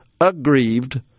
aggrieved